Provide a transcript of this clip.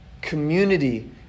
Community